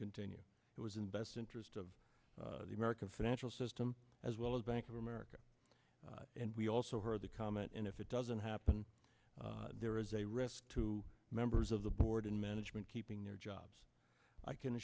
continue it was in best interest of the american financial system as well as bank of america and we also heard the comment and if it doesn't happen there is a risk to members of the board and management keeping their jobs i can